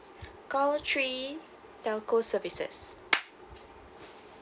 call three telco services